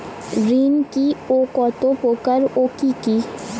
ঋণ কি ও কত প্রকার ও কি কি?